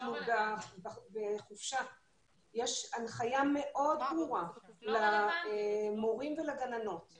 אנחנו בחופשה ויש הנחיה מאוד ברורה למורים ולגננות -- זה לא רלוונטי.